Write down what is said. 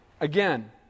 Again